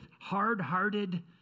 hard-hearted